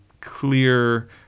clear –